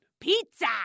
PIZZA